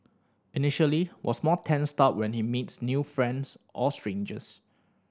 initially was more tensed up when he meets new friends or strangers